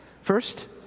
First